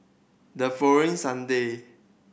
the following Sunday